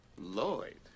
Lloyd